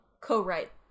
co-write